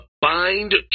Bind